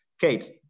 Kate